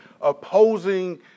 opposing